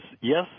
yes